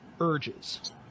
urges